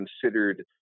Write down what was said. considered